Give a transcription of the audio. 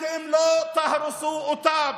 אתם לא תהרסו אותם.